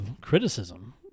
criticism